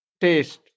taste